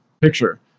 picture